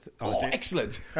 excellent